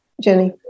Jenny